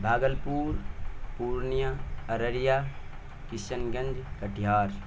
Bhagalpur Purnia Araria Kishanganj Katihar